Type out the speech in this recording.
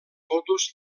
fotos